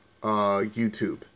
YouTube